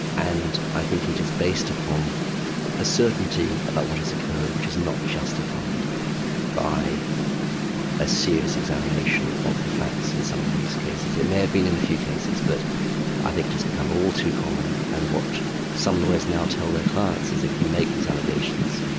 and i think it is based upon a certainty about what has occurred which is not justified by a serious examination of the facts in some of these cases. it may have been in a few cases, but i think it has become all too common, and what some lawyers now tell their clients is if you make these allegations,